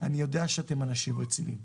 אני יודע שאתם אנשים רציניים.